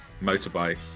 Motorbike